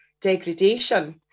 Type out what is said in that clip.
degradation